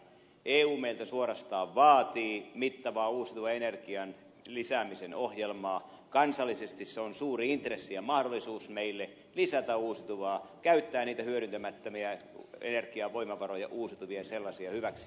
eu meiltä suorastaan vaatii mittavaa uusiutuvan energian lisäämisen ohjelmaa kansallisesti se on suuri intressi ja mahdollisuus meille lisätä uusiutuvaa energiaa käyttää niitä hyödyntämättömiä energiavoimavaroja uusiutuvia sellaisia hyväksi